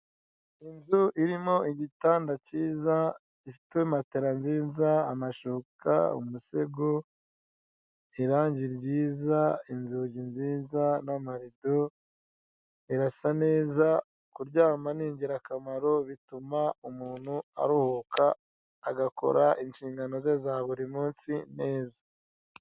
Inzu irimo igitanda cyiza gifite matera nziza, amashuka, umusego, irangi ryiza, inzugi nziza n'amarido irasa neza kuryama ni ingirakamaro bituma umuntu aruhuka agakora inshingano za burimunsi neza.